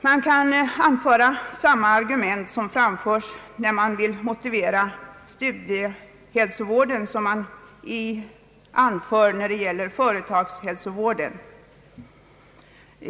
Man kan anföra samma argument när man vill motivera studerandehälsovården som man anför när det gäller företagshälsovården.